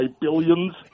billions